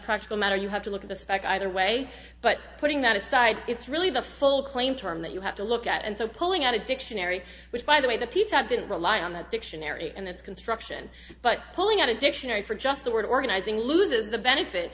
practical matter you have to look at the spec either way but putting that aside it's really the full claim term that you have to look at and so pulling out a dictionary which by the way the piece of didn't rely on the dictionary and its construction but pulling out a dictionary for just the word organizing loses the benefit